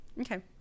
Okay